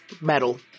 metal